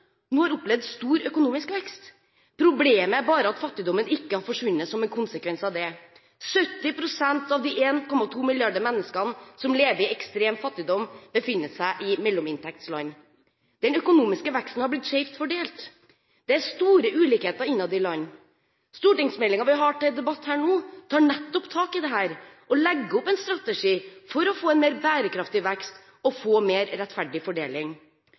nå har opplevd stor økonomisk vekst. Problemet er bare at fattigdommen ikke har forsvunnet som en konsekvens av det. 70 pst. av de 1,2 milliarder mennesker som lever i ekstrem fattigdom, befinner seg i mellominntektsland. Den økonomiske veksten har blitt skeivt fordelt. Det er store ulikheter innad i land. Stortingsmeldingen vi har til debatt nå, tar nettopp tak i dette og legger opp en strategi for å få en mer bærekraftig vekst og en mer rettferdig fordeling.